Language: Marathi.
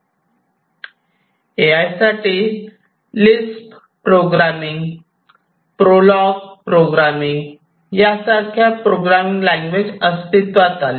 ए आय साठी लिस्प प्रोलोग सारख्या प्रोग्रॅमिंग लँग्वेजेस अस्तित्वात आल्या